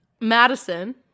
Madison